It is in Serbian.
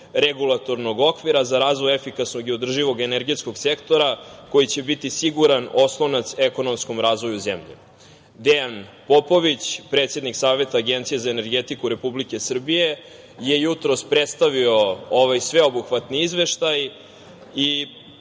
regulatornog okvira za razvoj efikasnog i održivog energetskog sektora, koji će biti siguran oslonac ekonomskom razvoju zemlje. Dejan Popović, predsednik Saveta Agencije za energetiku Republike Srbije, je jutros predstavio ovaj sveobuhvatni izveštaj i